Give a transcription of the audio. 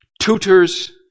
tutors